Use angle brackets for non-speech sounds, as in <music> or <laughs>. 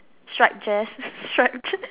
striped dress striped dress <laughs>